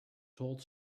told